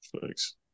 thanks